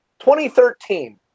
2013